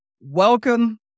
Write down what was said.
welcome